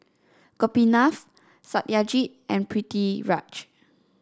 Gopinath Satyajit and Pritiviraj